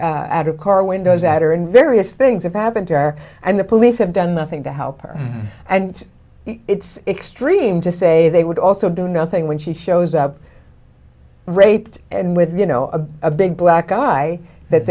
of car windows at her and various things have happened there and the police have done nothing to help her and it's extreme to say they would also do nothing when she shows up raped and with you know a big black guy that